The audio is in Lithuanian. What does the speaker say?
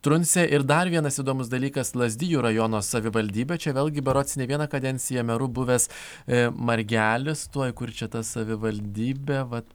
truncė ir dar vienas įdomus dalykas lazdijų rajono savivaldybė čia vėlgi berods ne vieną kadenciją meru buvęs margelis tuoj kur čia ta savivaldybė vat